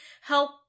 help